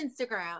Instagram